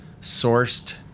sourced